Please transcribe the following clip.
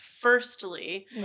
firstly